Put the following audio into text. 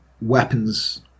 weapons